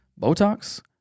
Botox